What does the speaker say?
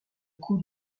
coût